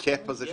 יש